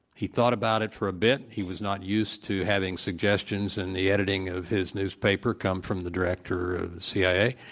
he thought about it for a bit. he was not used to having suggestions in the editing of his newspaper come from the director of the cia.